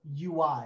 UI